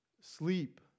sleep